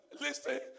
Listen